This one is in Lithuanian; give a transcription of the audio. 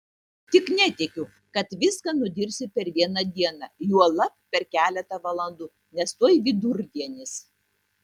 tik netikiu kad viską nudirbsi per vieną dieną juolab per keletą valandų nes tuoj vidurdienis